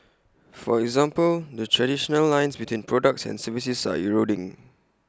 for example the traditional lines between products and services are eroding